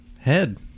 head